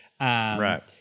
Right